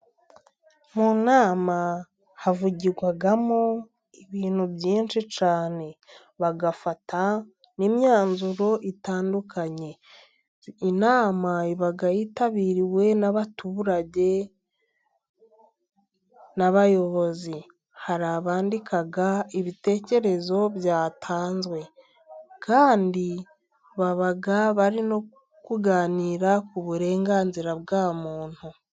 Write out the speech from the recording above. Mu nama havugirwamo ibintu byinshi cyane， bagafata n'imyanzuro itandukanye. Inama iba yitabiriwe n'abaturage n'abayobozi. Hari abandika ibitekerezo byatanzwe， kandi baba bari no kuganira ku burenganzira bwa muntu.